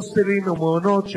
הוסטלים ומעונות,